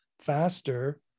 faster